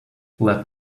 let